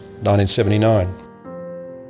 1979